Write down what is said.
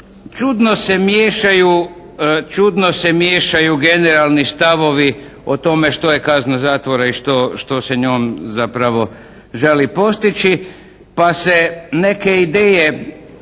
čudno se miješaju generalni stavovi o tome što je kazna zatvora i što se njom zapravo želi postići pa se neke ideje